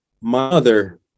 mother